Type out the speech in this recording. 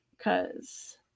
Cause